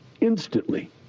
instantly